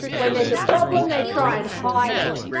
when there's a problem they try and hide it.